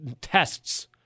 tests